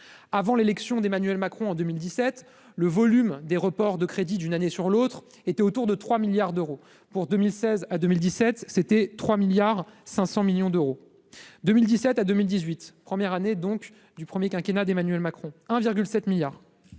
avant l'élection d'Emmanuel Macron, en 2017, le volume des reports de crédits d'une année sur l'autre était autour de 3 milliards d'euros pour 2016 à 2017, c'était 3 milliards 500 millions d'euros, 2017 à 2 1000 18 premières années donc du premier quinquennat d'Emmanuel Macron, 1,7 milliard